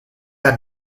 are